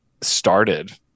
started